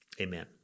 Amen